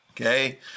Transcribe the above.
okay